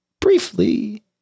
briefly